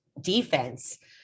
defense